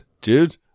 Dude